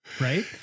Right